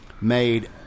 made